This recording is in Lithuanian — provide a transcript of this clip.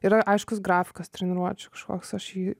yra aiškus grafikas treniruočių kažkoks aš jį